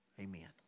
Amen